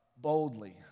boldly